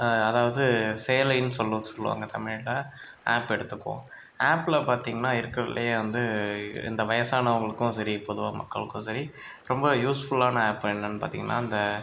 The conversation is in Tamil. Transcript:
அதாவது சேலைனு சொல்லு சொல்லுவாங்க தமிழில் ஆப் எடுத்துக்குவோம் ஆப்பில் பார்த்தீங்கனா இருக்கிறதுலே வந்து இந்த வயசானவர்களுக்கும் சரி பொதுவாக மக்களுக்கும் சரி ரொம்ப யூஸ்ஃபுல்லான ஆப் என்னென்னு பார்த்தீங்கனா இந்த